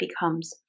becomes